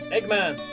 Eggman